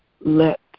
let